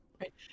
right